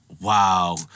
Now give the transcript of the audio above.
Wow